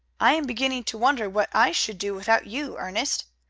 i am beginning to wonder what i should do without you, ernest.